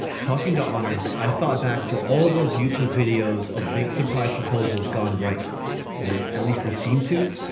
talking to honor. i thought back to all those youtube videos of big surprise proposals gone right or at least they seemed to.